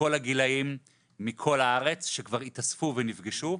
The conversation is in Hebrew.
בכל הגילאים מכל הארץ, שכבר התאספו ונפגשו.